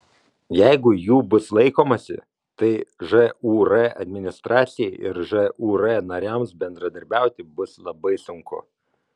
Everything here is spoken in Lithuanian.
jeigu jų bus laikomasi tai žūr administracijai ir žūr nariams bendradarbiauti bus labai sunku